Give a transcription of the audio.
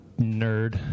nerd